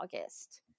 August